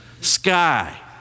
sky